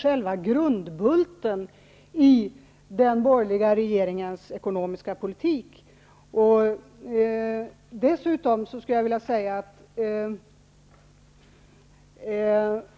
Själva grundbulten i den borgerliga regeringens ekonomiska politik är ju skattesänkningar för de människor som redan har det bäst.